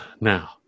now